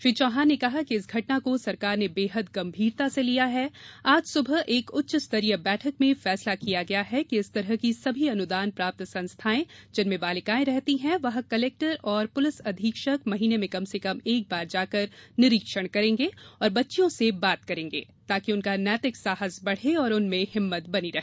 श्री चौहान ने कहा कि इस घटना को सरकार ने बेहद गंभीरता से लिया है आज सुबह एक उच्च स्तरीय बैठक में फैसला किया गया कि इस तरह की सभी अनुदान प्राप्त संस्थाएं जिनमें बालिकाएं रहती हैं वहां कलेक्टर और पुलिस अधीक्षक महीने में कम से कम एक बार जाकर निरीक्षण करेंगे और बच्चियों से बात करेंगे ताकि उनका नैतिक साहस बढ़े और उनमें हिम्मत बनी रहे